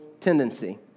tendency